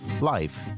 life